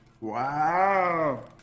wow